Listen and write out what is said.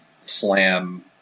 slam